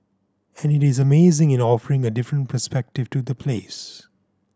and it is amazing in offering a different perspective to the place